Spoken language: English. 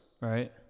right